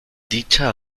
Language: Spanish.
dicha